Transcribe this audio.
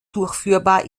durchführbar